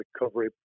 recovery